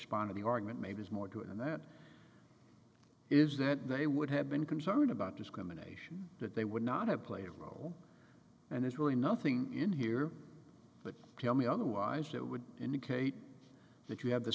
of the argument made is more due and that is that they would have been concerned about discrimination that they would not have played a role and it's really nothing in here but tell me otherwise that would indicate that you have the